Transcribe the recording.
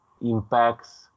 impacts